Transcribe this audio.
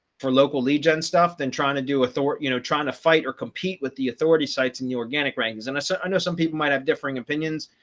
for local lead gen stuff, then trying to do a thought, you know, trying to fight or compete with the authority sites in the organic rankings. and so i know, some people might have differing opinions.